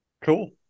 Cool